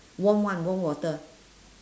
warm one warm water